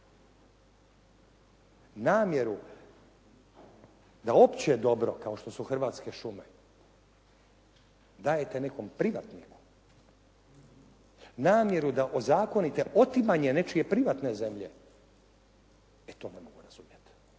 Namjeru da opće dobro kao što su hrvatske šume dajete nekom privatniku, namjeru da ozakonite otimanje nečije privatne zemlje, e to ne mogu razumjeti.